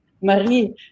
Marie